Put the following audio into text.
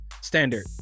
standard